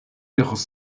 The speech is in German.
ihres